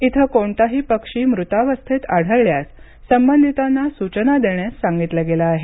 इथे कोणताही पक्षी मृतावस्थेत आढळल्यास संबंधितांना सूचना देण्यास सांगितले गेले आहे